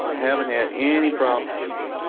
haven't had any problems with it.